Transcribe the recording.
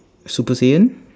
super saiyan